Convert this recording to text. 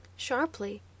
Sharply